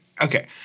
Okay